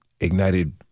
ignited